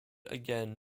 again